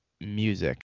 music